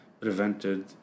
prevented